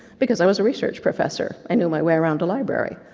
because i was a research professor, i knew my way around a library,